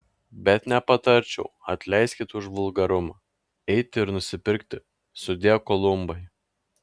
bet nepatarčiau atleiskit už vulgarumą eiti ir nusipirkti sudie kolumbai